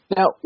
Now